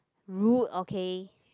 rude okay